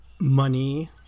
money